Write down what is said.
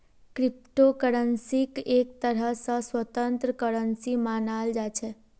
crypto करन्सीक एक तरह स स्वतन्त्र करन्सी मानाल जा छेक